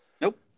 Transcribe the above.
Nope